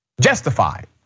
justified